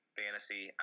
fantasy